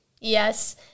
Yes